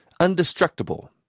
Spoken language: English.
Undestructible